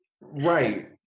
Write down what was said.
right